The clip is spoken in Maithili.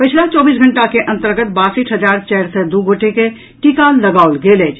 पछिला चौबीस घंटा के अंतर्गत बासठि हजार चारि सय दू गोटे के टीका लगाओल गेल अछि